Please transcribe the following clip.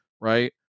right